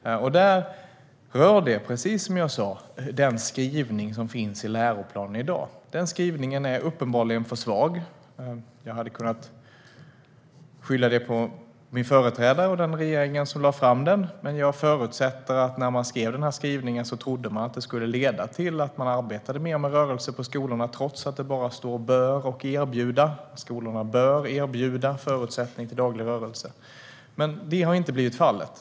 Detta rör, precis som jag sa, den skrivning som finns i läroplanen i dag. Den skrivningen är uppenbarligen för svag. Jag hade kunnat skylla detta på min företrädare och på den regering som lade fram den, men jag förutsätter att man när man tog fram denna skrivning trodde att den skulle leda till att skolorna skulle arbeta mer med rörelse, trots att det bara står "bör" och "erbjuda" - att skolorna bör erbjuda förutsättningar för daglig rörelse. Detta har inte blivit fallet.